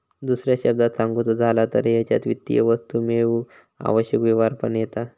दुसऱ्या शब्दांत सांगुचा झाला तर हेच्यात वित्तीय वस्तू मेळवूक आवश्यक व्यवहार पण येता